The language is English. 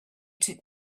took